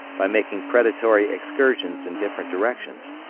by making predatory excursions in different directions,